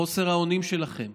חוסר האונים שלכם